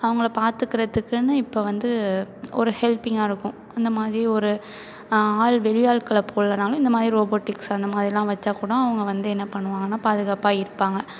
அவங்கள பாத்துக்கிறதுக்குனு இப்போ வந்து ஒரு ஹெல்ப்பிங்காக இருக்கும் இந்தமாதிரி ஒரு ஆள் வெளியாட்களை போடலனாலும் இந்தமாதிரி ரோபோடிக்ஸு அந்தமாதிரிலாம் வெச்சாக் கூட அவங்க வந்து என்ன பண்ணுவாங்கனா பாதுகாப்பாக இருப்பாங்க